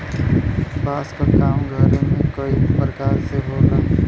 बांस क काम घरे में कई परकार से होला